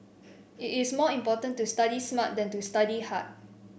it is more important to study smart than to study hard